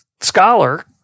scholar